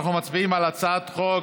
אנחנו מצביעים על הצעת חוק